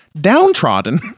downtrodden